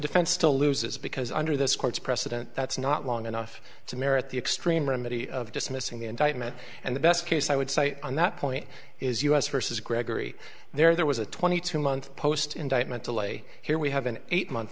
defense still loses because under this court's precedent that's not long enough to merit the extreme remedy of dismissing the indictment and the best case i would say on that point is us versus gregory there was a twenty two month post indictment delay here we have an eight month